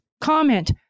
comment